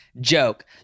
joke